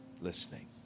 listening